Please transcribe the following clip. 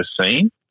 seen